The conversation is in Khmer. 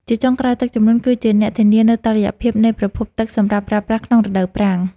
ជាចុងក្រោយ ទឹកជំនន់គឺជាអ្នកធានានូវតុល្យភាពនៃប្រភពទឹកសម្រាប់ប្រើប្រាស់ក្នុងរដូវប្រាំង។